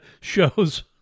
shows